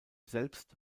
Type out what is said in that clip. selbst